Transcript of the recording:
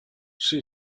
she